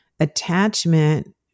Attachment